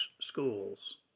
schools